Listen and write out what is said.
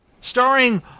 Starring